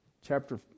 chapter